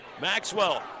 Maxwell